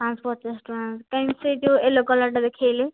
ପାଞ୍ଚଶହ ପଚାଶ ଟଙ୍କା କାଇଁ ସେ ଯେଉଁ ୟେଲୋ କଲର୍ଟା ଦେଖାଇଲେ